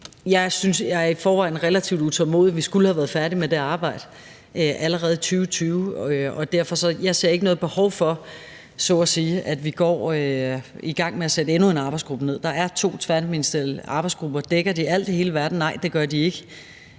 jeg er i forvejen relativt utålmodig; vi skulle have været færdig med det arbejde allerede i 2020, og derfor ser jeg ikke noget behov for, så at sige, at vi går i gang med at nedsætte endnu en arbejdsgruppe. Der er to tværministerielle arbejdsgrupper. Dækker de alt i hele verden? Nej, det gør de ikke.